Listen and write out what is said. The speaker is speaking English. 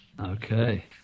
Okay